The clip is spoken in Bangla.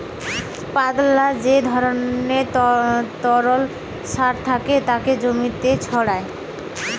পাতলা যে ধরণের তরল সার থাকে তাকে জমিতে ছড়ায়